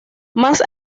más